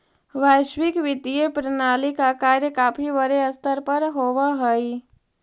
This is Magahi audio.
वैश्विक वित्तीय प्रणाली का कार्य काफी बड़े स्तर पर होवअ हई